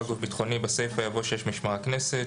"גוף ביטחוני" בסיפא יבוא: "(6) משמר הכנסת".